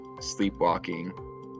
sleepwalking